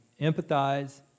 empathize